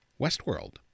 Westworld